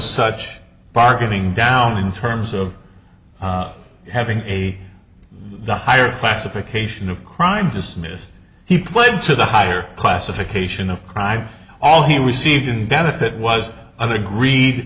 such bargaining down in terms of having a the higher classification of crime dismissed he played into the higher classification of crime all he received in benefit was either agreed